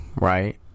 right